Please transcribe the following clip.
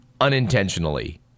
unintentionally